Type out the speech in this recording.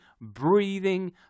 breathing